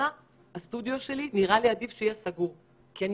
עדיף שהסטודיו שלי יהיה סגור כי אני